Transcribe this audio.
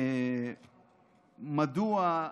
מדוע,